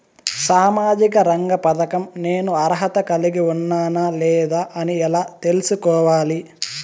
సామాజిక రంగ పథకం నేను అర్హత కలిగి ఉన్నానా లేదా అని ఎలా తెల్సుకోవాలి?